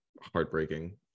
heartbreaking